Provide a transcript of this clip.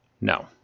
No